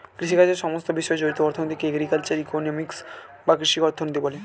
কৃষিকাজের সমস্ত বিষয় জড়িত অর্থনীতিকে এগ্রিকালচারাল ইকোনমিক্স বা কৃষি অর্থনীতি বলে